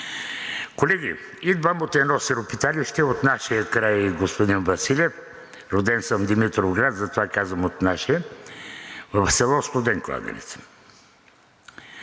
Колеги, идвам от едно сиропиталище от нашия край. Господин Василев, роден съм в Димитровград, затова казвам от нашия, в село Студен кладенец.